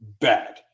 bad